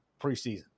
preseason